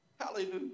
Hallelujah